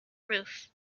roof